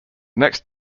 next